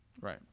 Right